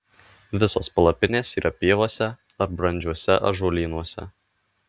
visos palapinės yra pievose ar brandžiuose ąžuolynuose